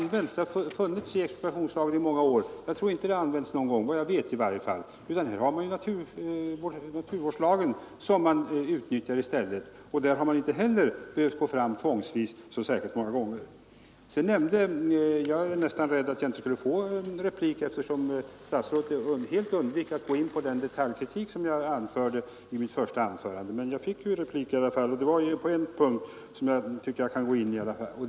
Bestämmelser härom har funnits i expropriationslagen i många år, men såvitt jag vet har den möjligheten aldrig använts. Nu har vi i stället naturvårdslagen som kan utnyttjas i sådana fall, men inte heller där har man behövt gå fram tvångsvis så särskilt många gånger. Jag var litet rädd för att jag inte skulle få någon replik, eftersom statsrådet helt undvek att gå in på den detaljkritik som jag gjorde i mitt förra anförande, men sedan fick jag en replik i alla fall, och då är det en punkt som jag tycker att jag nu kan ta upp.